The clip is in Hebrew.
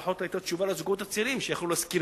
לפחות היתה תשובה לזוגות הצעירים שיוכלו לשכור